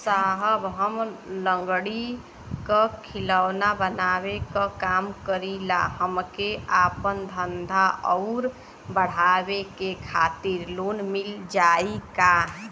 साहब हम लंगड़ी क खिलौना बनावे क काम करी ला हमके आपन धंधा अउर बढ़ावे के खातिर लोन मिल जाई का?